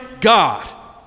God